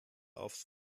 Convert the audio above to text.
aufs